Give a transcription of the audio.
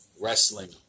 wrestling